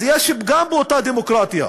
אז יש פגם באותה דמוקרטיה.